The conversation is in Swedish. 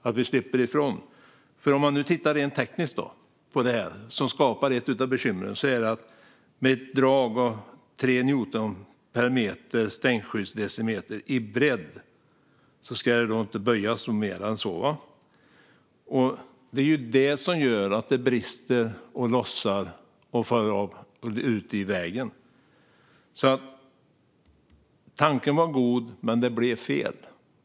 Om vi tittar rent tekniskt på det som skapar ett av bekymren ser vi att ett drag av 3 newton per stänkskyddsdecimeter i bredd nog inte ska böjas mer än så. Det är det som gör att det brister, lossnar och faller av ute i vägen. Tanken var god. Men det blev fel.